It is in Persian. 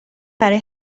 برای